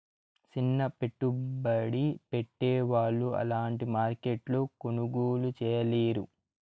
సిన్న పెట్టుబడి పెట్టే వాళ్ళు అలాంటి మార్కెట్లో కొనుగోలు చేయలేరు